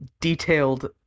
detailed